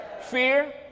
fear